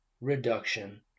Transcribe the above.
reduction